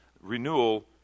renewal